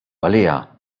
għaliha